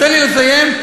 אני הסברתי.